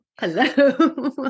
Hello